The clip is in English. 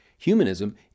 Humanism